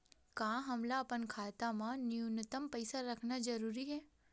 का हमला अपन खाता मा न्यूनतम पईसा रखना जरूरी हे?